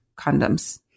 condoms